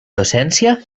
docència